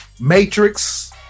matrix